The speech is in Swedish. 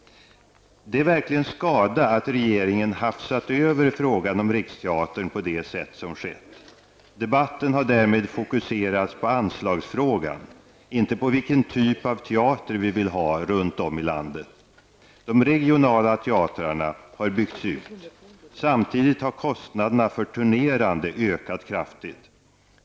Det är verkligen skada att regeringen hafsat över frågan om Riksteatern på det sätt som skett. Debatten har därmed fokuserats på anslagsfrågan, inte på vilken typ av teater vi vill ha runt om i vårt land. De regionala teatrarna har byggts ut. Samtidigt har kostnaderna för turnerande ökat kraftigt.